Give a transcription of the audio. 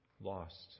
lost